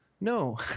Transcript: No